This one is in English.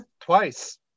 twice